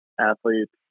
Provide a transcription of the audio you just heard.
athletes